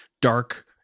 dark